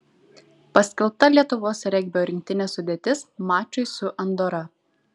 paskelbta lietuvos regbio rinktinės sudėtis mačui su andora